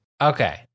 Okay